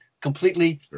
completely